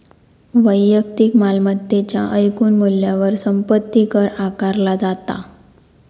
वैयक्तिक मालमत्तेच्या एकूण मूल्यावर संपत्ती कर आकारला जाता